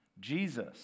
Jesus